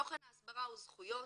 תוכן ההסברה הוא זכויות.